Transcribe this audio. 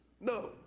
No